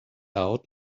out